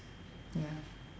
ya